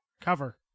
cover